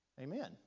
Amen